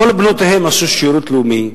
כל בנותיהם עשו שירות לאומי.